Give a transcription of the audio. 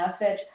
message